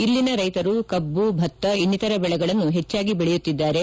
ಇಲ್ಲಿನ ರೈತರು ಕಬ್ಬು ಭತ್ತ ಇನ್ನಿತರ ಬೆಳೆಗಳನ್ನು ಹೆಚ್ಚಾಗಿ ಬೆಳೆಯುತ್ತಿದ್ದಾರೆ